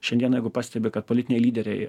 šiandien jeigu pastebi kad politiniai lyderiai